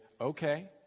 okay